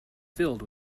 filled